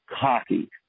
cocky